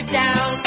down